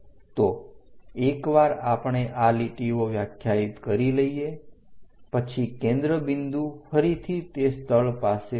તો એક વાર આપણે આ લીટીઓ વ્યાખ્યાયિત કરી લઈએ પછી કેન્દ્ર બિંદુ ફરીથી તે સ્થળ પાસે હશે